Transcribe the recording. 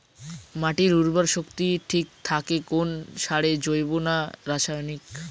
মাটির উর্বর শক্তি ঠিক থাকে কোন সারে জৈব না রাসায়নিক?